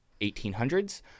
1800s